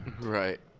Right